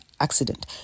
accident